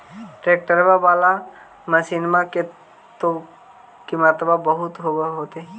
ट्रैक्टरबा बाला मसिन्मा के तो किमत्बा बहुते होब होतै?